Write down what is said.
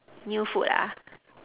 new food ah